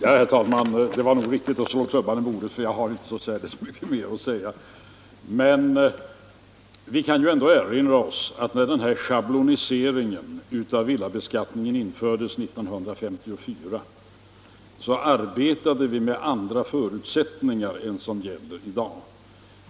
Herr talman! Jag har inte så mycket mer att säga. Men vi kan ju ändå erinra oss att när den här schabloniseringen av villabeskattningen infördes 1954 arbetade vi med andra förutsättningar än de som gäller i dag.